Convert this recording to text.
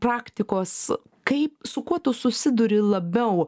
praktikos kaip su kuo tu susiduri labiau